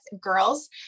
girls